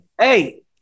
Hey